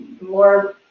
more